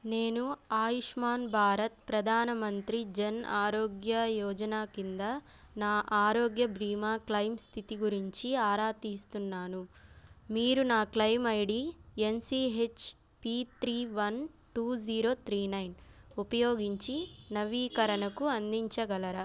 నేను ఆయుష్మాన్ భారత్ ప్రధాన మంత్రి జన్ ఆరోగ్య యోజనా కింద నా ఆరోగ్య బీమా క్లెయిమ్ స్థితి గురించి ఆరా తీస్తున్నాను మీరు నా claim ID N C H P three one two zero three nine ఉపయోగించి నవీకరణకు అందించగలరా